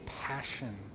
passion